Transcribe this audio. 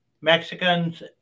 Mexicans